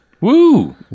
Woo